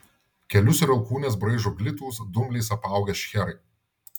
kelius ir alkūnes braižo glitūs dumbliais apaugę šcherai